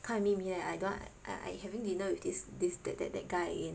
他的秘密 right I don't want I I having dinner with this this that that that guy again